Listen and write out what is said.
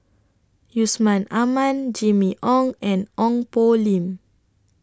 Yusman Aman Jimmy Ong and Ong Poh Lim